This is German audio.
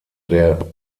der